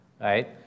right